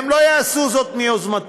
הם לא יעשו זאת מיוזמתם.